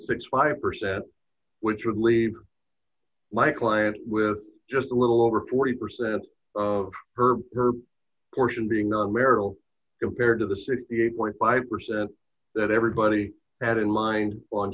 sixty five percent which would leave my client with just a little over forty percent of her portion being non marital compared to the sixty eight point five percent that everybody had in mind on